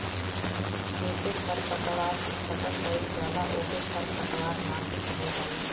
जेसे खरपतवार के खतम कइल जाला ओके खरपतवार नाशी कहल जाला